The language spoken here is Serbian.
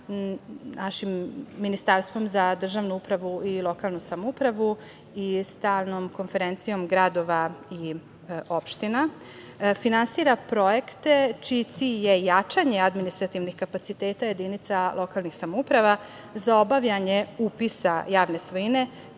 našim Ministarstvom za državnu upravu i lokalnu samoupravu i Stalnom konferencijom gradova i opština finansira projekte čiji cilj je jačanje administrativnih kapaciteta jedinica lokalne samouprava za obaljanje upisa javne svojine